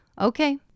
Okay